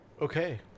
okay